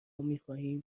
میخواهیم